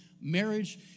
marriage